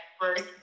first